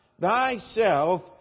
thyself